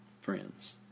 friends